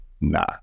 nah